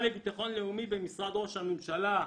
לביטחון לאומי במשרד ראש הממשלה.